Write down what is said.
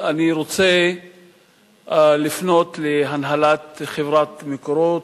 אני רוצה לפנות להנהלת חברת "מקורות"